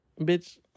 Bitch